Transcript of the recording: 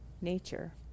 nature